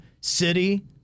city